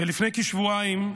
ולפני כשבועיים,